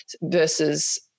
versus